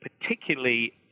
particularly